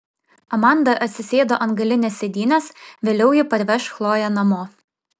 amanda atsisėdo ant galinės sėdynės vėliau ji parveš chloję namo